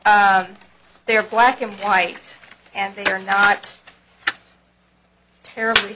they are black and white and they are not terribly